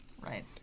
right